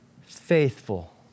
faithful